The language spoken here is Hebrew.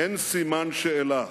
אין סימן שאלה,